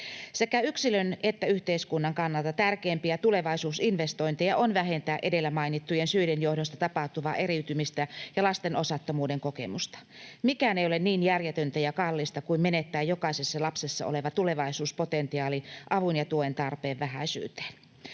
Sekä yksilön että yhteiskunnan kannalta tärkeimpiä tulevaisuusinvestointeja on vähentää edellä mainittujen syiden johdosta tapahtuvaa eriytymistä ja lasten osattomuuden kokemusta. Mikään ei ole niin järjetöntä ja kallista kuin menettää jokaisessa lapsessa oleva tulevaisuuspotentiaali avun ja tuen tarpeen vähäisyyteen.